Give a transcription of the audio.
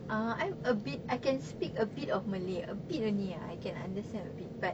uh I'm a bit I can speak a bit of malay a bit only ah I can understand a bit but